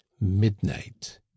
midnight